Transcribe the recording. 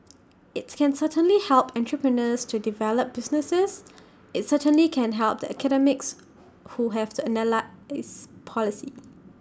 IT can certainly help entrepreneurs to develop businesses IT certainly can help the academics who have to analyse policy